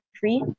free